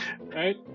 right